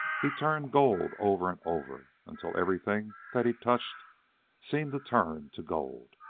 he turned gold over and over, until everything that he touched seemed to turn to gold.